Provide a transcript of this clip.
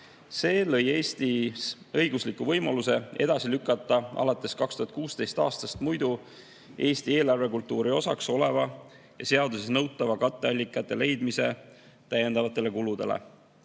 See lõi Eestis õigusliku võimaluse edasi lükata alates 2016. aastast muidu Eesti eelarvekultuuri osaks oleva ja seaduses nõutava katteallikate leidmise täiendavatele kuludele.